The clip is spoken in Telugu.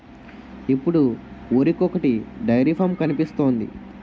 ఇప్పుడు ఊరికొకొటి డైరీ ఫాం కనిపిస్తోంది